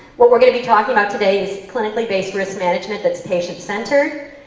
what we're going to be talking about today is clinically based risk management that's patient centered.